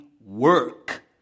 work